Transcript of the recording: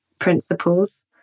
principles